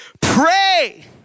pray